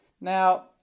Now